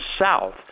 south